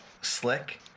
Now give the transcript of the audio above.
slick